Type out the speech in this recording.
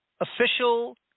official